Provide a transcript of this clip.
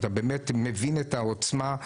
אתה באמת מבין את העוצמה.